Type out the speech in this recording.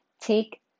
take